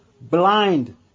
blind